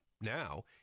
Now